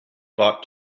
bought